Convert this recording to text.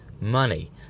money